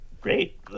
great